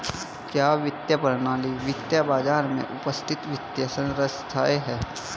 क्या वित्तीय प्रणाली वित्तीय बाजार में उपस्थित वित्तीय संस्थाएं है?